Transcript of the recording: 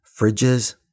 fridges